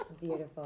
Beautiful